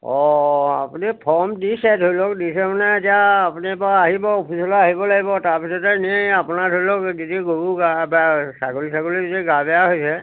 অ আপুনি ফৰ্ম দিছে ধৰি লওক দিছে মানে এতিয়া আপুনি পা আহিব অফিচলৈ আহিব লাগিব তাৰপিছতে নি আপোনাৰ ধৰি লওক যদি গৰু গা বেয়া ছাগলী ছাগলী যদি গা বেয়া হৈছে